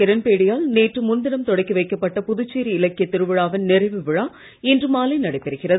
கிரண்பேடி யால் நேற்று முன்தினம் தொடக்கி வைக்கப்பட்ட புதுச்சேரி இலக்கிய திருவிழாவின் நிறைவு விழா இன்று மாலை நடைபெறுகிறது